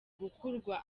gukurwa